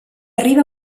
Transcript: arriba